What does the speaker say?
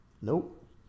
Nope